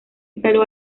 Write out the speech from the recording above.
instaló